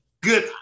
good